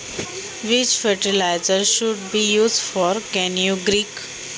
मेथीसाठी कोणती खते वापरावी?